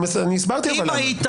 הסברתי למה.